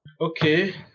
Okay